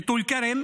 בטולכרם,